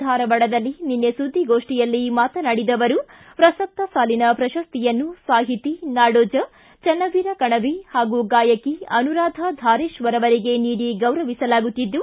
ಧಾರವಾಡದಲ್ಲಿ ನಿನ್ನೆ ಸುದ್ದಿಗೋಷ್ಠಿಯಲ್ಲಿ ಮಾತನಾಡಿದ ಅವರು ಪ್ರಸಕ್ತ ಸಾಲಿನ ಪ್ರಶಸ್ತಿನ್ನು ಸಾಹಿತಿ ನಾಡೋಜ ಚನ್ನವೀರ ಕಣವಿ ಹಾಗೂ ಗಾಯಕಿ ಅನುರಾಧಾ ಧಾರೇಶ್ವರ ಅವರಿಗೆ ನೀಡಿ ಗೌರವಿಸಲಾಗುತ್ತಿದ್ದು